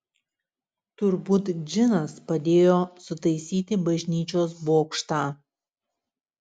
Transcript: turbūt džinas padėjo sutaisyti bažnyčios bokštą